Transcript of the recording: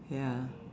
ya